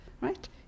right